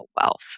wealth